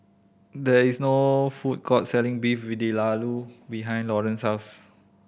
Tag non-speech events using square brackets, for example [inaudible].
there is no food court selling Beef [unintelligible] behind Loren's house